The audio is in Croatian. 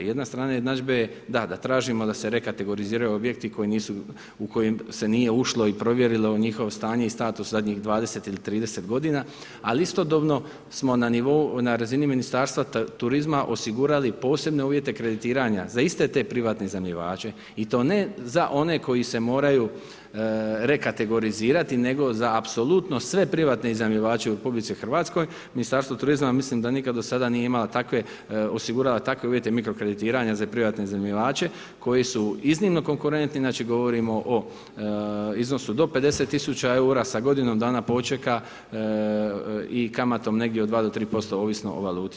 Jedna strana jednadžbe je da tražimo da se rekategoriziraju objekti u kojima se nije ušlo i provjerilo u njihovo stanje i status zadnjih 20 ili 30 g., ali istodobno smo na razini ministarstva turizma osigurali posebne uvjete kreditiranja za iste te privatne iznajmljivače i to ne za one koji se moraju rekategorizirati nego za apsolutno sve privatne iznajmljivače u RH, Ministarstvo turizma mislim da do sada nikada nije osiguralo takve uvjete mikrokreditiranja za privatne iznajmljivače koji su iznimno konkurentni, znači govorimo o iznosu do 50 000 eura sa godinom dana počeka i kamatom negdje od 2 do 3% ovisno o valuti.